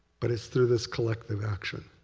but it's through this collective action.